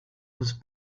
was